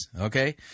okay